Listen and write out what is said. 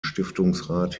stiftungsrat